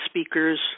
speakers